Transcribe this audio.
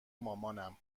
مامان